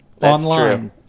online